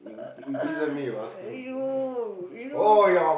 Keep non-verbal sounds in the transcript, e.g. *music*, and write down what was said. *laughs* !aiyo! what you know